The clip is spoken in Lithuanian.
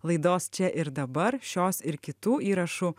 laidos čia ir dabar šios ir kitų įrašų